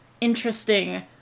interesting